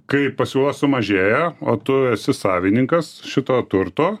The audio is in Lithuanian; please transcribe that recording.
kai pasiūla sumažėja o tu esi savininkas šito turto